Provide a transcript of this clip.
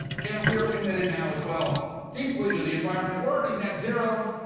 and we are committed now as well deeply to the environment. we're already net zero.